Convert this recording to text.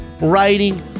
writing